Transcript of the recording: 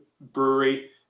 brewery